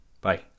Bye